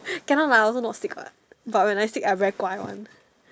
cannot lah I also not sick what but when I sick I very guai one